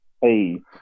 Hey